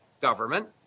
government